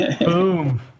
boom